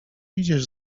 idziesz